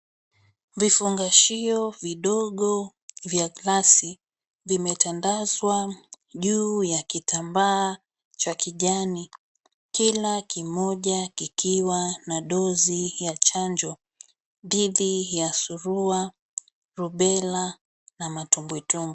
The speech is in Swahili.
Vifungashio vidogo vya glasi vimetandazwa juu ya kitambaa cha kijani kila kimoja kikiwa na dosi ya chanjo dhidi ya surua, robella na matumbwitumbwi.